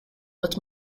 what